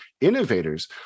innovators